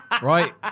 Right